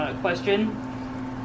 question